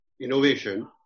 innovation